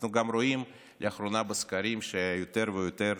אנחנו גם רואים לאחרונה בסקרים שיותר ויותר